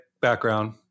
background